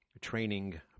training